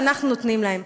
ואנחנו נותנים להם.